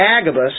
Agabus